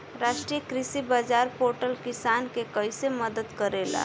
राष्ट्रीय कृषि बाजार पोर्टल किसान के कइसे मदद करेला?